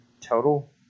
total